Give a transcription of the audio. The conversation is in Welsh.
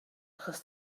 achos